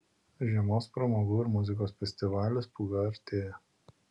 žiemos pramogų ir muzikos festivalis pūga artėja